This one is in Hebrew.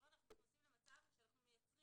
זאת אומרת שאנחנו נכנסים למצב שאנחנו מייצרים